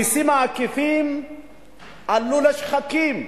המסים העקיפים עלו לשחקים,